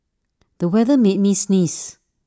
the weather made me sneeze